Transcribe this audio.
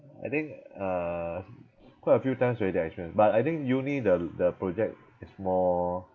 I think uh quite a few times already I experience but I think uni the the project is more